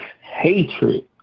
hatred